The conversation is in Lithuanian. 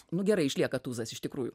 nu gerai išlieka tūzas iš tikrųjų